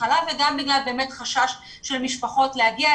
החלב וגם באמת בגלל חשש של משפחות מלהגיע.